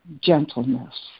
gentleness